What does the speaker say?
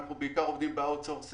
אנחנו בעיקר עובדים באאוטסורסינג.